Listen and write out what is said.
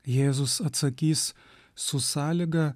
jėzus atsakys su sąlyga